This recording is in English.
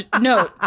no